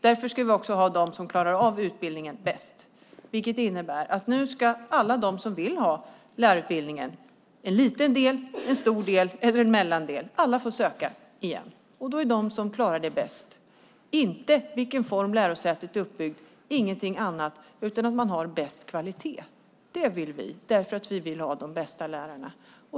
Därför ska vi också ha de som bäst klarar av utbildningen, vilket innebär att alla som vill ha lärarutbildningen - en liten del, en mellandel eller en stor del - får söka igen. Då får vi de lärosäten som klarar det bäst, inte i vilken form lärosätet är uppbyggt. Det handlar om att ha den bästa kvaliteten, ingenting annat. Det vill vi ha eftersom vi vill ha de bästa lärarna.